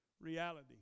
reality